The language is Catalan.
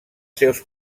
seus